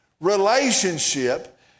relationship